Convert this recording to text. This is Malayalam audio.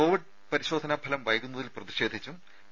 കോവിഡ് പരിശോധനാ ഫലം വൈകുന്നതിൽ പ്രതിഷേധിച്ചും പി